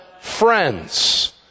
friends